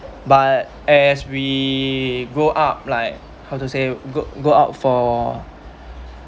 but as we grow up like how to say go go out for